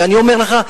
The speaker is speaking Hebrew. ואני אומר לך,